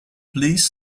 please